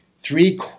Three